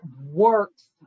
works